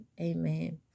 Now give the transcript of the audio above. Amen